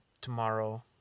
Tomorrow